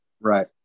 Right